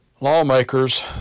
Lawmakers